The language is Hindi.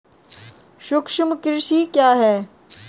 सूक्ष्म कृषि क्या है?